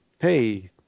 Hey